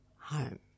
home